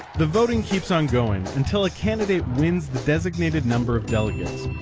the voting keeps on going until a candidate wins the designated number of delegates,